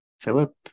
Philip